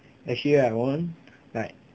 actually right 我们 like